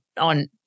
on